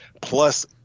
plus